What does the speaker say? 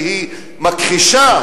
שהיא מכחישה,